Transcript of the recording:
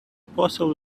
possibly